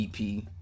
EP